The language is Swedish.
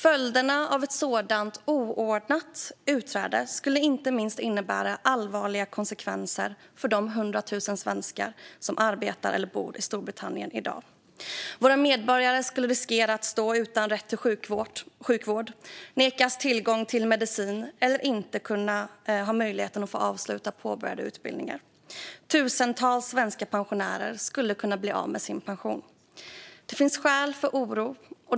Följderna av ett oordnat sådant utträde skulle innebära allvarliga konsekvenser för inte minst de hundra tusen svenskar som i dag arbetar eller bor i Storbritannien. Våra medborgare skulle riskera att stå utan rätt till sjukvård, nekas tillgång till medicin eller inte kunna ha möjligheten att avsluta påbörjade utbildningar. Tusentals svenska pensionärer skulle kunna bli av med sin pension. Det finns skäl för oro.